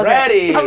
Ready